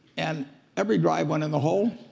and every drive went in the hole,